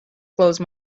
close